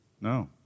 no